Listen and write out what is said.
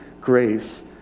grace